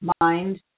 mind